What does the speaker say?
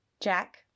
Jack